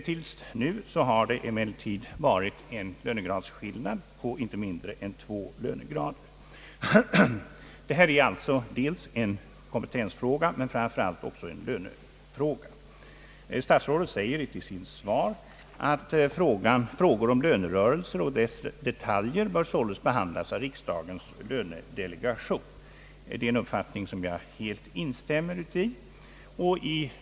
Till nu har det emellertid varit en löneskillnad på inte mindre än två lönegrader. Detta är alltså dels en kompetensfråga, dels och framför allt en lönefråga. Statsrådet säger i sitt svar att frågor om en lönerörelse och dess detaljer bör behandlas av riksdagens lönedelegation. Det är en uppfattning som jag helt instämmer i.